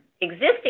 existing